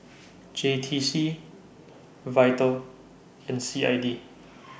J T C Vital and C I D